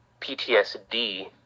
PTSD